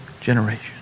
generation